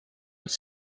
els